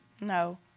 No